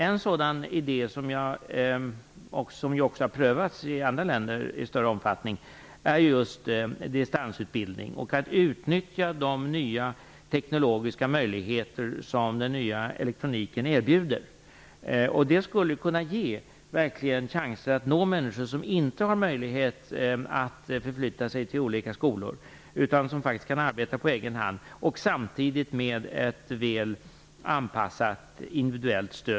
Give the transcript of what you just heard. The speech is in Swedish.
En sådan idé, som också har prövats i större omfattning i andra länder, är just distansutbildning och utnyttjande av de nya tekniska möjligheter som den nya elektroniken erbjuder. Det skulle, samtidigt med ett väl anpassat, individuellt stöd för detta, kunna ge chanser att verkligen nå människor som inte har möjlighet att förflytta sig till olika skolor men som kan arbeta på egen hand.